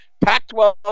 Pac-12